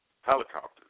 helicopters